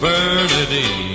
Bernadine